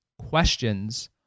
Questions